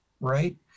Right